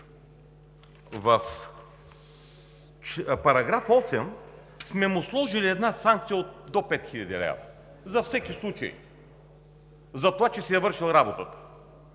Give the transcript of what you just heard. в § 8 сме му сложили една санкция до 5 хил. лв. – за всеки случай, за това, че си е вършил работата.